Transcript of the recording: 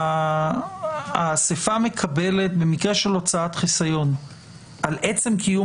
האסיפה מקבלת במקרה של הוצאת חסיון על קיום